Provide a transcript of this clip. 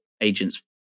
agents